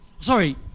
Sorry